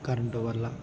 current వల్ల